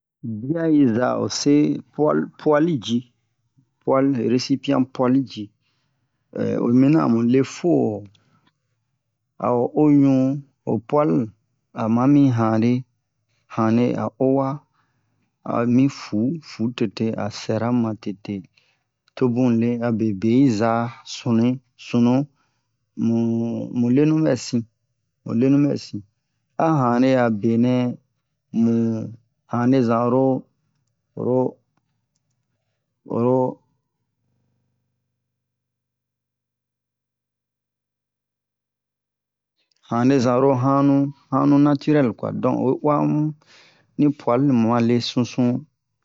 dia yiza ose poile poile ji poile recipient poile ji oyi mina amule fo a'o oɲu o poile ama mi hanre hane a owa ami fu fu tete a sɛramu ma tete tobule abe be'i za sunui sunu mu mulenu bɛsin mulenu bɛsin a hane abenɛ mu hane zan oro oro oro hane zan oro hanu hanu naturelle kwa don oyi uwa muni poile muma le susu